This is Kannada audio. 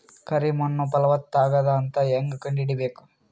ಕರಿ ಮಣ್ಣು ಫಲವತ್ತಾಗದ ಅಂತ ಹೇಂಗ ಕಂಡುಹಿಡಿಬೇಕು?